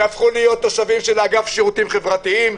הם הפכו להיות תושבים של האגף לשירותים חברתיים,